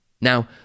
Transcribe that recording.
Now